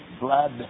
blood